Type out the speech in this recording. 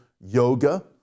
yoga